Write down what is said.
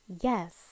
Yes